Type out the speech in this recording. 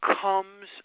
comes